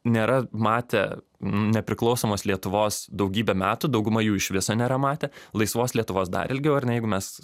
nėra matę nepriklausomos lietuvos daugybę metų dauguma jų iš viso nėra matę laisvos lietuvos dar ilgiau ar ne jeigu mes